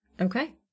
Okay